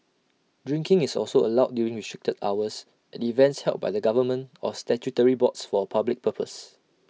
drinking is also allowed during restricted hours at events held by the government or statutory boards for A public purpose